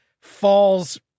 falls